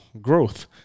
growth